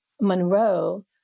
Monroe